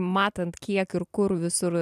matant kiek ir kur visur